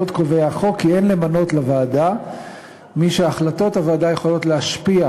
עוד קובע החוק כי אין למנות לוועדה מי שהחלטות הוועדה יכולות להשפיע,